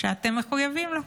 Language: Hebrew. שאתם מחויבים להם.